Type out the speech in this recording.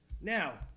Now